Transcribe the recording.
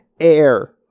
Air